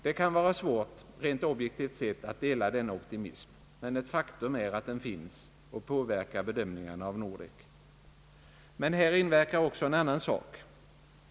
Det kan vara svårt, rent objektivt sett, att dela denna optimism, men ett faktum är att den finns och påverkar bedömningarna av Nordek. Men här inverkar också en annan sak.